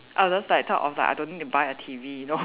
I'll just like talk I don't need to buy a T_V